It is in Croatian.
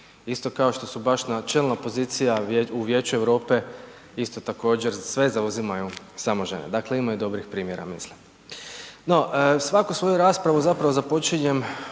Isto kao što su baš na čelna pozicija u Vijeću Europe isto također sve zauzimaju samo žene, dakle imaju dobrih primjera mislim. No, svakako svoju raspravu zapravo započinjem